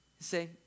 Say